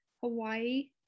Hawaii